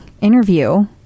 interview